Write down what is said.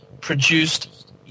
Produced